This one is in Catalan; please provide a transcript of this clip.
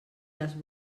les